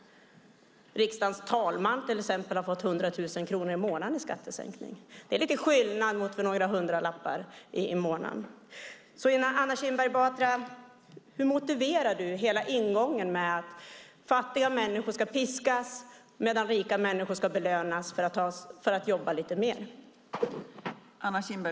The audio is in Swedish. Riksdagens talman till exempel har fått 100 000 kronor i månaden i skattesänkning. Det är skillnad mot några hundralappar i månaden. Hur motiverar du att fattiga människor ska piskas medan rika människor ska belönas för att jobba lite mer?